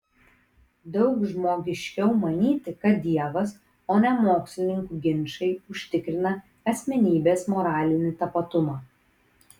daug žmogiškiau manyti kad dievas o ne mokslininkų ginčai užtikrina asmenybės moralinį tapatumą